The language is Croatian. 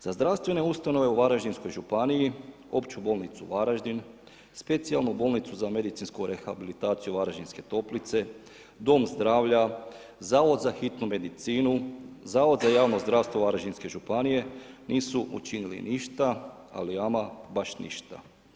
Za zdravstvene ustanove u Varaždinskoj županiji, opću bolnicu u Varaždin, spacijalanu bolnicu za medicinsku rehabilitaciju Varaždinske toplice, dom zdravlja, zavod za hitnu medicinu, Zavod za javno zdravstvo Varaždinske županije, nisu učinili ništa, ali ama baš ništa.